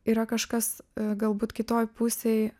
yra kažkas galbūt kitoj pusėj